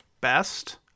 best